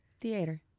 Theater